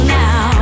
now